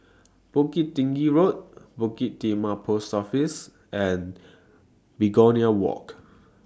Bukit Tinggi Road Bukit Timah Post Office and Begonia Walk